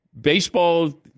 baseball